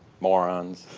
morons.